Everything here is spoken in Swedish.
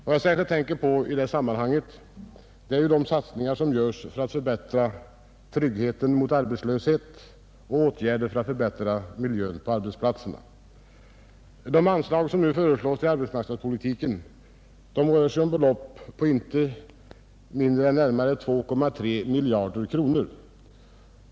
Vad jag särskilt tänker på i det sammanhanget är de satsningar som görs för att öka tryggheten mot arbetslöshet och åtgärder för att förbättra miljön på arbetsplatserna. Det anslag som nu föreslås till arbetsmarknadspolitiken rör sig om belopp på inte mindre än närmare 2,3 miljarder kronor.